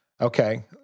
Okay